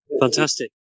Fantastic